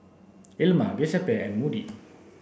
Ilma Giuseppe and Moody